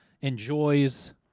enjoys